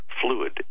fluid